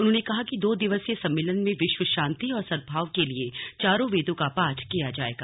उन्होंने कहा कि दो दिवसीय सम्मेलन में विश्व शांति और सदभाव के लिए चारों वेदों का पाठ किया जाएगा